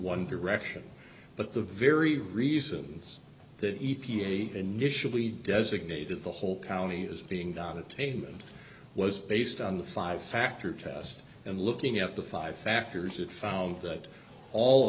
one direction but the very reasons that e t a initially designated the whole county as being down attainment was based on the five factor test and looking at the five factors it found that all